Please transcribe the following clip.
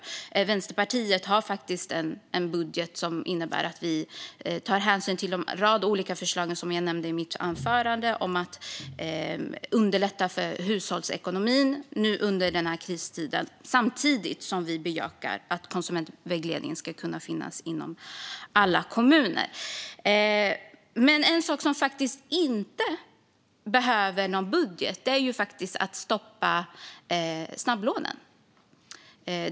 Vi i Vänsterpartiet har faktiskt en budget som innebär att vi, som jag nämnde i mitt anförande, tar hänsyn till en rad olika förslag för att underlätta för hushållsekonomin under denna kristid samtidigt som vi bejakar att konsumentvägledningen ska kunna finnas i alla kommuner. En sak som man faktiskt inte behöver någon budget för är att stoppa snabblånen.